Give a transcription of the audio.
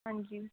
ਹਾਂਜੀ